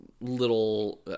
little